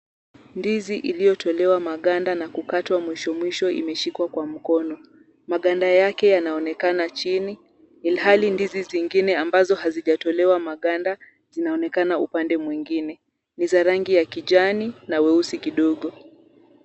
Ndizi iliotolewa maganda na kukatwa mwisho mwisho imeshikwa kwa mkono. Maganda yake yanaonekana chini ilhali ndizi zingine ambazo hazijatolewa maganda zinaonekana upande mwingine. Ni za rangi ya kijani na weusi kidogo.